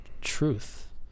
truth